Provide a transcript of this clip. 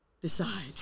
decide